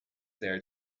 there